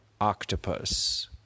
octopus